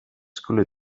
skulle